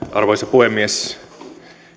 arvoisa puhemies